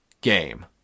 game